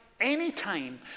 anytime